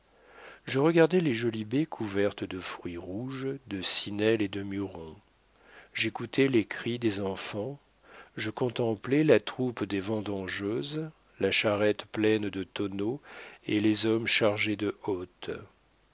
je regardai les jolies haies couvertes de fruits rouges de sinelles et de mûrons j'écoutai les cris des enfants je contemplai la troupe des vendangeuses la charrette pleine de tonneaux et les hommes chargés de hottes